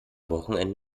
wochenende